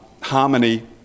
harmony